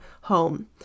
home